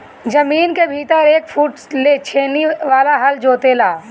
जमीन के भीतर एक फुट ले छेनी वाला हल जोते ला